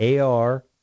AR